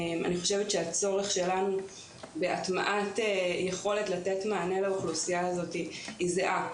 אני חושבת שהצורך שלנו בהטמעת יכולת לתת מענה לאוכלוסייה הזו היא זהה.